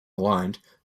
aligned